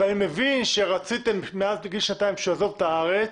ואני מבין שרציתם אז בגיל שנתיים שהוא יעזוב את הארץ,